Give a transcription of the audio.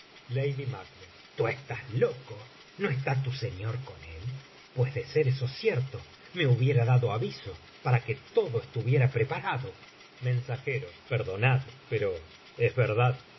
esta noche tú estás loco no está tu señor con él pues de ser eso cierto me hubiera dado aviso para que todo estuviera preparado perdonad pero es verdad